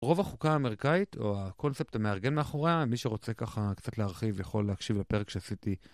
רוב החוקה האמריקאית, או הקונספט המארגן מאחוריה, מי שרוצה ככה קצת להרחיב יכול להקשיב בפרק שעשיתי